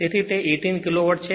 તેથી 18 kilowatt છે